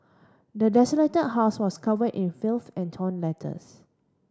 the desolated house was covered in filth and torn letters